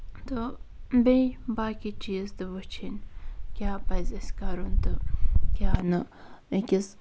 تہٕ بیٚیہِ باقٕے چیٖز تہِ وُچھِنۍ کیٛاہ پَزِ اَسہِ کَرُن تہٕ کیٛاہ نہَ أکِس